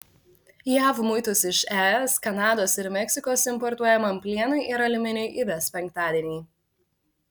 jav muitus iš es kanados ir meksikos importuojamam plienui ir aliuminiui įves penktadienį